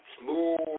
smooth